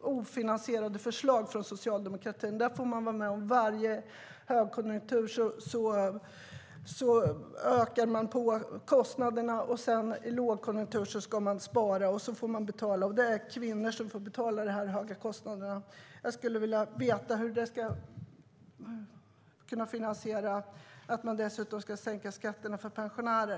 ofinansierade förslag från Socialdemokraterna. Vid varje högkonjunktur ökar man kostnaderna och i lågkonjunktur ska det sparas, och det är kvinnor som får betala för de ökade kostnaderna. Jag skulle vilja veta hur man dessutom ska finansiera sänkningen av skatten för pensionärerna.